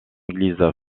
église